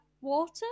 water